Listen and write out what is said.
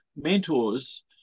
mentors